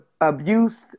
abuse